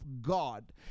God